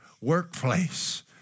workplace